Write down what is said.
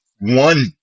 one